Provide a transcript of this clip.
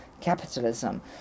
capitalism